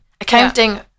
Accounting